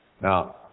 Now